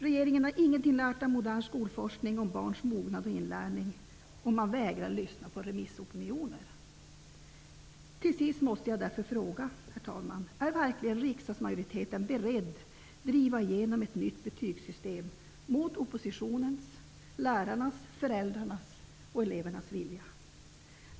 Regeringen har ingenting lärt av modern skolforskning om barns mognad och inlärning, och man vägrar att lyssna till remissopinioner. Till sist måste jag, herr talman, därför fråga: Är verkligen riksdagsmajoriteten beredd att driva igenom ett nytt betygssystem mot oppositionens, lärarnas, föräldrarnas och elevernas vilja?